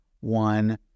one